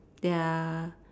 there are